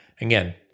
Again